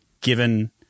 given